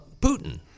Putin